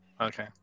Okay